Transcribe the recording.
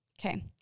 Okay